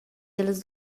dallas